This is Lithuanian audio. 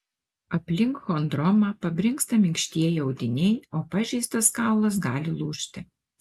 aplink chondromą pabrinksta minkštieji audiniai o pažeistas kaulas gali lūžti